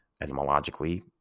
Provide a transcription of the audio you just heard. etymologically